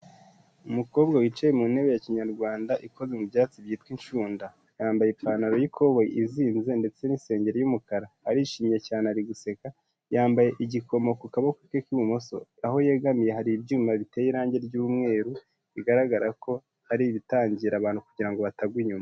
Umukobwa wicaye mu ntebe ya Kinyarwanda ikoze mu byatsi byitwa incunda. Yambaye ipantaro y'ikoboyi izinze ndetse n'isengeri y'umukara. Arishimye cyane ari guseka, yambaye igikomo ku kaboko ke k'ibumoso. Aho yegamiye hari ibyuma biteye irangi ry'umweru, bigaragara ko ari ibitangira abantu kugira ngo batagwa inyuma.